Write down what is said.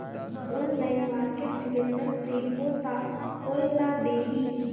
Online market cylinder खरीदबो ता कोन ला देही?